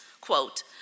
Quote